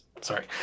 Sorry